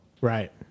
Right